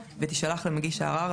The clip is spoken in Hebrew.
ותישלח למגיש הערר,